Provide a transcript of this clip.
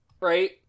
right